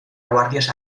guàrdies